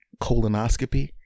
Colonoscopy